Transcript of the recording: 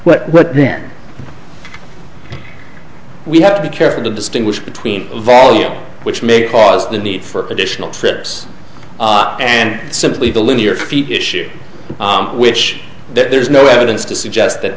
but then we have to be careful to distinguish between volume which may cause the need for additional steps and simply the linear feet issue which there's no evidence to suggest that